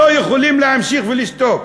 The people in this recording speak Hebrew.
לא יכולים להמשיך ולשתוק.